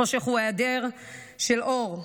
חושך הוא היעדר של אור.